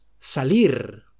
salir